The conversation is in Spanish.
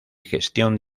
gestión